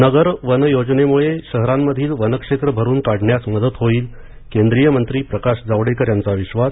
नगर वन योजनेमुळं शहरांमधील वन क्षेत्र भरून काढण्यास मदत होईल केंद्रीय मंत्री प्रकाश जावडेकर यांचा विश्वास